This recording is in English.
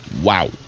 wow